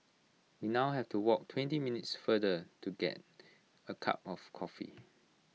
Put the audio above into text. we now have to walk twenty minutes farther to get A cup of coffee